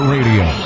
Radio